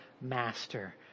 master